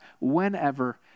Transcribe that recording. whenever